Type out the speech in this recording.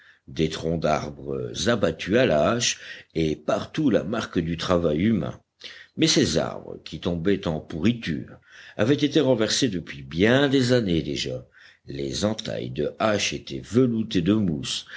des troncs d'arbres abattus à la hache et partout la marque du travail humain mais ces arbres qui tombaient en pourriture avaient été renversés depuis bien des années déjà les entailles de hache étaient veloutées de mousse